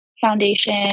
foundation